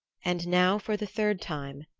and now, for the third time,